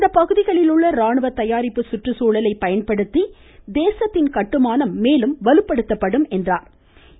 இப்பகுதிகளில் உள்ள ராணுவ தயாரிப்பு சுற்றுச்சூழலை பயன்படுத்தி தேசத்தின் கட்டுமானம் மேலும் வலுப்படுத்தப்படும் என்றார்